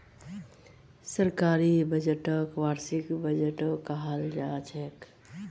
सरकारी बजटक वार्षिक बजटो कहाल जाछेक